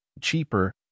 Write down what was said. cheaper